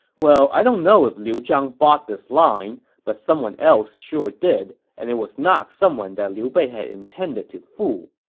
well i don't know if liu zhang bought this line, but someone else did, and it was not someone that liu bei had intended to fool.